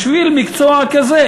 בשביל מקצוע כזה,